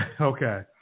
Okay